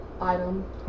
item